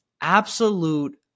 Absolute